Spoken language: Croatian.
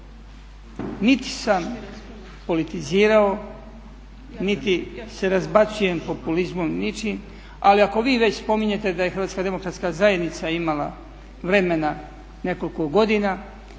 Niti sam politizirao niti se razbacujem populizmom ni ičim ali ako vi već spominjete da je HDZ imala vremena nekoliko godina